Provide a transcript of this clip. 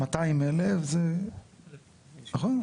200,000, נכון?